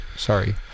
Sorry